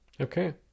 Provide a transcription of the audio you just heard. Okay